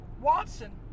Watson